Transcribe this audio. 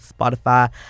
Spotify